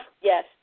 yes